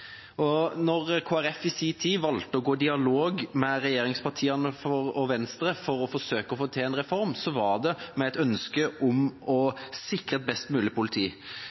Når Kristelig Folkeparti i sin tid valgte å gå i dialog med regjeringspartiene og Venstre for å forsøke å få til en reform, var det med et ønske om å sikre et best mulig politi.